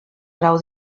grau